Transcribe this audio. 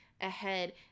ahead